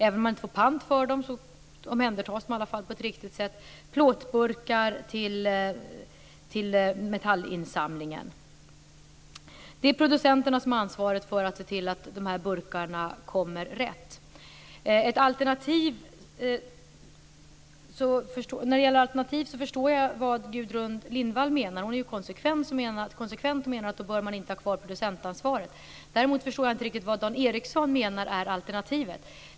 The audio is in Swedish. Även om man inte får pant för burkarna omhändertas de ju på ett riktigt sätt. Plåtburkar skall lämnas till metallinsamlingen. Det är producenterna som har ansvaret när det gäller att se till att de här burkarna kommer rätt. När det gäller alternativ förstår jag vad Gudrun Lindvall menar. Hon är konsekvent och menar att man inte bör ha kvar producentansvaret. Däremot förstår jag inte riktigt vad Dan Ericsson menar är alternativet.